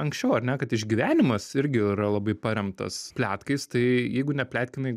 anksčiau ar ne kad išgyvenimas irgi yra labai paremtas pletkais tai jeigu nepletkinai